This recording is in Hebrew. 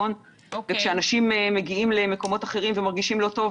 וכשאנשים מגיעים למקומות אחרים ומרגישים לא טוב,